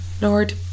Lord